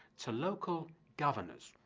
to local governors,